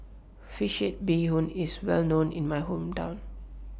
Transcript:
Fish Head Bee Hoon IS Well known in My Hometown